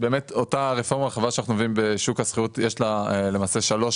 אותה הרפורמה שאנחנו מביאים בשוק השכירות,